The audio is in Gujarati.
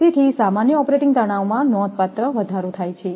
તેથી સામાન્ય ઓપરેટિંગ તનાવમાં નોંધપાત્ર વધારો થાય છે